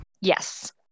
Yes